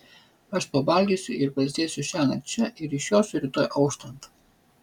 aš pavalgysiu ir pailsėsiu šiąnakt čia ir išjosiu rytoj auštant